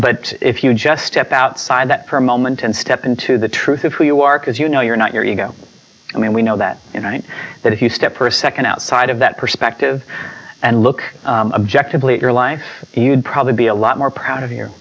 but if you just step outside that for a moment and step into the truth of who you are cause you you know you're not you're you go i mean we know that you know that if you step per second outside of that perspective and look objective lead your life you'd probably be a lot more proud of you